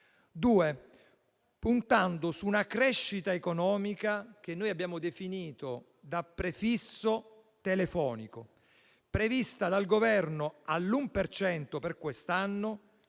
si punta su una crescita economica che noi abbiamo definito da prefisso telefonico, prevista dal Governo all'1 per cento